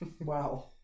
Wow